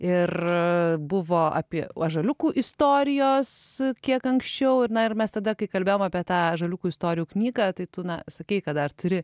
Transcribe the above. ir buvo apie ąžuoliukų istorijos kiek anksčiau ir na ir mes tada kai kalbėjom apie tą ąžuoliukų istorijų knygą tai tu na sakei kad dar turi